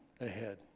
ahead